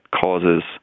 causes